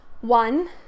One